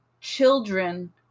children